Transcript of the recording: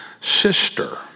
sister